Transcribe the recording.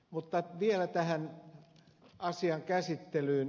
mutta vielä tähän asian käsittelyyn